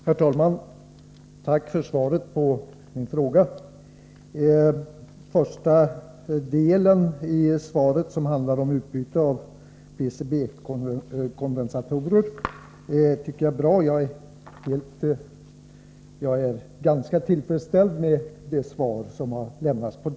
Herr talman! Tack för svaret på min fråga. Jag är ganska tillfredsställd med svarets första del, som handlar om utbyte av PCB-kondensatorer.